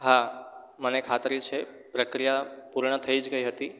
હા મને ખાતરી છે પ્રક્રિયા પૂર્ણ થઈ જ ગઈ હતી